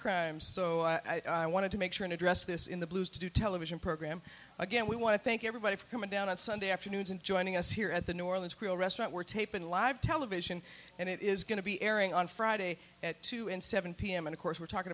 crime so i wanted to make sure and address this in the blues to do television program again we want to thank everybody for coming down on sunday afternoons and joining us here at the new orleans creole restaurant we're taping live television and it is going to be airing on friday at two and seven pm and of course we're talking